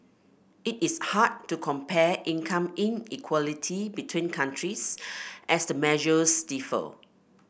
it is hard to compare income inequality between countries as the measures differ